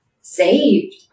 saved